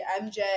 MJ